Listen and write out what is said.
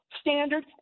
standard